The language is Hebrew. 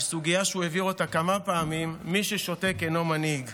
על סוגיה שהוא הבהיר אותה כמה פעמים: מי ששותק אינו מנהיג.